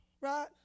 right